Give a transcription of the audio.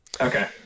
Okay